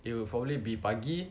it will probably be pagi